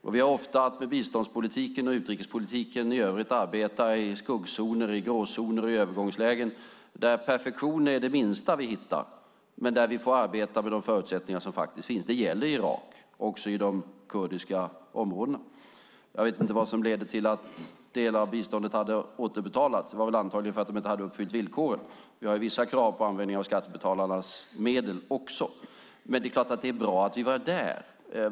Och vi har ofta i biståndspolitiken och i utrikespolitiken i övrigt att arbeta i skuggzoner, i gråzoner och i övergångslägen där perfektion är det som vi minst hittar men där vi får arbeta utifrån de förutsättningar som faktiskt finns. Det gäller i Irak, också i de kurdiska områdena. Jag vet inte vad som ledde till att delar av biståndet hade återbetalats. Det var väl antagligen därför att de inte hade uppfyllt villkoren. Vi har ju också vissa krav också på användningen av skattebetalarnas medel. Men det är klart att det är bra att vi var där.